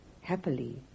happily